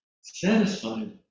satisfied